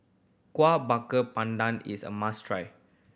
Kueh Bakar Pandan is a must try